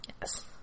Yes